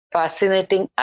fascinating